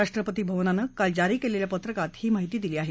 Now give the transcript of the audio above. राष्ट्रपती भवनानं काल जारी केलेल्या पत्रकात ही माहिती दिली आहे